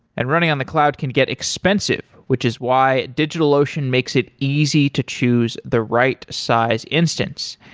and running on the cloud can get expensive, which is why digitalocean makes it easy to choose the right size instance.